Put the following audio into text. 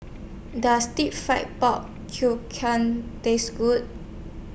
Does Deep Fried Pork Taste Good